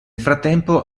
frattempo